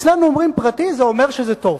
אצלנו אומרים "פרטי", וזה אומר שזה טוב.